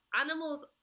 animals